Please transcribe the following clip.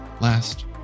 last